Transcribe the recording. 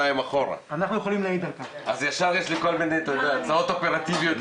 אחורה, אז ישר יש לי כל מיני הצעות אופרטיביות.